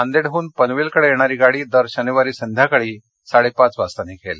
नांदेडहून पनवेल कडे येणारी गाडी दर शनिवारी संध्याकाळी साडे पाच वाजता निघेल